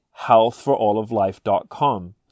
healthforalloflife.com